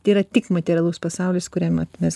tėra tik materialus pasaulis kuriame mes